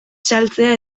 saltzea